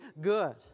good